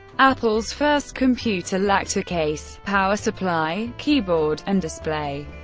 apple's first computer lacked a case, power supply, keyboard, and display,